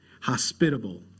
hospitable